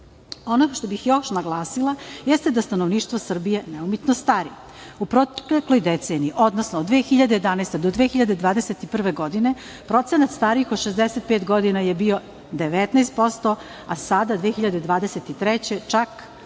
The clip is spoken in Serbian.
što bih još naglasila jeste da stanovništvo Srbije neumitno stari. U protekloj deceniji, odnosno od 2011. do 2021. godine procenat starijih od 65 godina je bio 19%, a sada 2023. godine